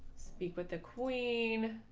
speak with the queen.